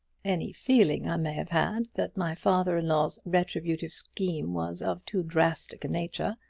any feeling i may have had that my father-in-law's retributive scheme was of too drastic a nature,